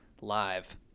live